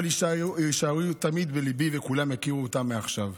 אבל יישארו תמיד בליבי, וכולם יכירו אותם מעכשיו: